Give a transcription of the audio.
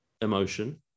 emotion